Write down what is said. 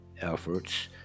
efforts